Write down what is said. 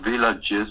villages